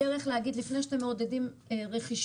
הדרך להגיד שלפני שאתם מעודדים רכישה,